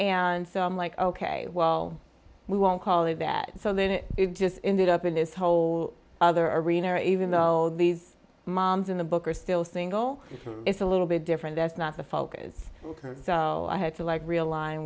and so i'm like ok well we won't call it that so then it just ended up in this whole other arena even though these moms in the book are still single it's a little bit different that's not the focus because i had to like real